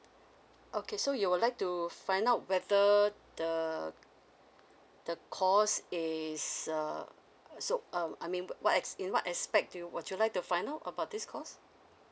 okay so you would like to find out whether the the course is err so um I mean what as~ in what aspect do you would you like to find out about this course